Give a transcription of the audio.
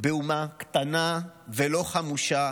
באומה קטנה ולא חמושה,